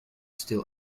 still